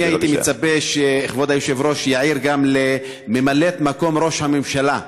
אני הייתי מצפה שכבוד היושב-ראש יעיר גם לממלאת מקום ראש הממשלה,